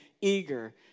eager